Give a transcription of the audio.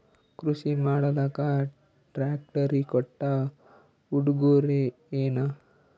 ಕೃಷಿ ಮಾಡಲಾಕ ಟ್ರಾಕ್ಟರಿ ಕೊಟ್ಟ ಉಡುಗೊರೆಯೇನ?